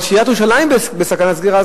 אבל שעיריית ירושלים בסכנה של סגירה?